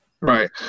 Right